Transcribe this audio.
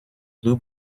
blue